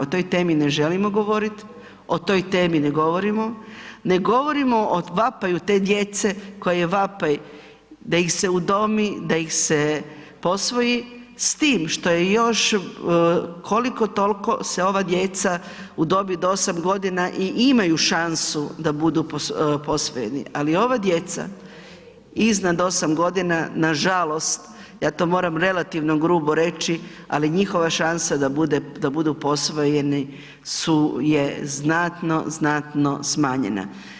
O toj temi ne želimo govoriti, o toj temi ne govorimo, ne govorimo o vapaju te djece koja je vapaj da ih se udomi, da ih se posvoji s tim što je još koliko tolko se ova djeca u dobi od 8 godina i imaju šansu da budu posvojeni, ali ova djeca iznad 8 godina nažalost ja to moram relativno grubo reći, ali njihova šansa da budu posvojeni su je znatno, znatno smanjena.